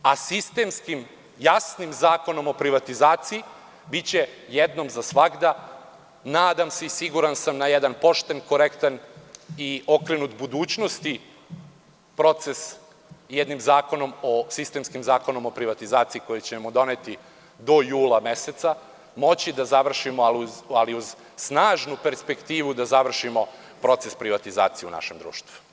Sistemskim, jasnim zakonom o privatizaciji biće jednom za svagda, nadam se i siguran sam na jedan pošten, korektan i okrenut budućnosti proces jednim zakonom, sistemskim zakonom o privatizaciji koji ćemo doneti do jula meseca moći da završimo, ali uz snažnu perspektivu da završimo proces privatizacije u našem društvu.